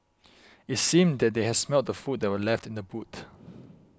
it seemed that they had smelt the food that were left in the boot